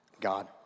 God